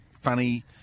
funny